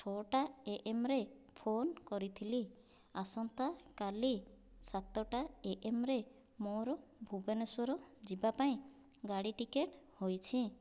ଛଅଟା ଏଏମ୍ ରେ ଫୋନ କରିଥିଲି ଆସନ୍ତାକାଲି ସାତଟା ଏଏମ୍ ରେ ମୋର ଭୁବନେଶ୍ୱର ଯିବାପାଇଁ ଗାଡ଼ି ଟିକେଟ ହୋଇଛି